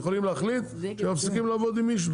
הם יכולים להחליט שהם מפסיקים לעבוד עם מישהו,